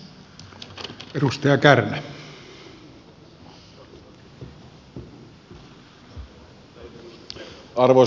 arvoisa puhemies